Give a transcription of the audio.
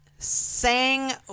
Sang